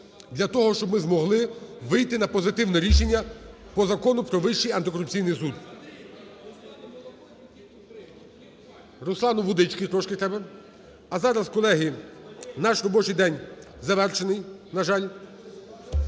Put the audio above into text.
для того, щоб ми змогли вийти на позитивне рішення по Закону "Про Вищий антикорупційний суд". Руслану водички трошки треба. А зараз, колеги, наш робочий день завершений, на жаль.